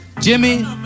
Jimmy